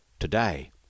today